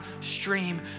stream